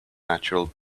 natural